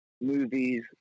movies